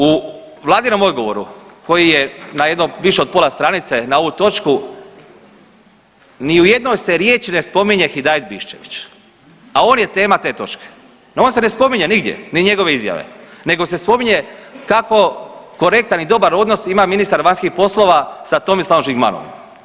U vladinom odgovoru koji je na jedno više od pola stranice na ovu točku ni u jednoj se riječi ne spominje Hidajet Biščević, a on je tema te točke, no on se ne spominje nigdje, ni njegove izjave, nego se spominje kako korektan u dobar odnos ima ministar vanjskih poslova sa Tomislavom Žigmanovom.